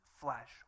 flesh